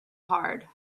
hard